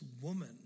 woman